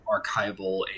archival